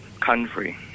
country